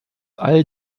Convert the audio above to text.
all